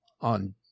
on